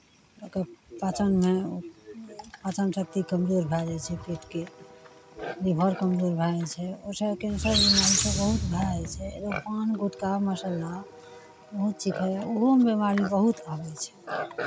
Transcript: एकर पाचनमे पाचन शक्ति कमजोर भए जाइ छै पेटके लीभर कमजोर भए जाइ छै ओहिसँ कैँसर बीमारी सभ बहुत भए जाइ छै ओ पान गुटका मसाला बहुत किछु यए ओहोमे बीमारी बहुत आबै छै